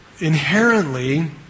inherently